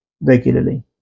regularly